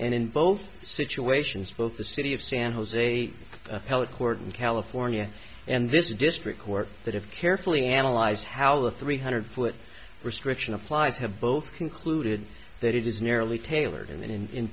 and in both situations both the city of san jose appellate court in california and this district court that have carefully analyze how the three hundred foot restriction applies have both concluded that it is merely tailored and in